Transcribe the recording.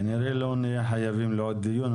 כנראה לא נהיה חייבים לעוד דיון.